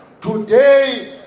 Today